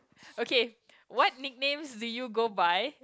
okay what nickname did you go by